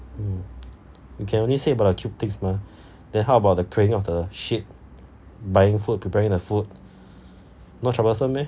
hmm you can only say about the cute things mah then how about the clearing of the shit buying food preparing the food not troublesome meh